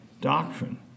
doctrine